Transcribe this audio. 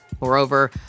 Moreover